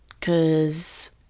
Cause